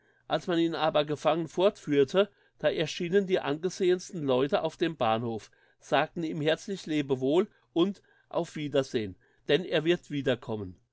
als man ihn aber gefangen fortführte da erschienen die angesehensten leute auf dem bahnhof sagten ihm herzlich lebewohl und auf wiedersehen denn er wird wiederkommen